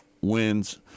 wins